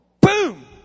Boom